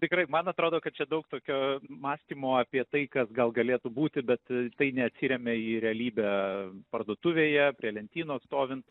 tikrai man atrodo kad čia daug tokio mąstymo apie tai kas gal galėtų būti bet tai neatsiremia į realybę parduotuvėje prie lentynos stovint